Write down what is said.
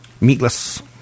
meatless